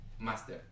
master